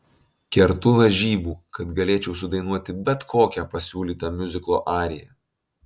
kertu lažybų kad galėčiau sudainuoti bet kokią pasiūlytą miuziklo ariją